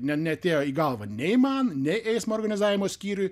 neatėjo į galvą nei man nei eismo organizavimo skyriui